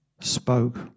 spoke